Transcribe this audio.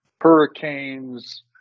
hurricanes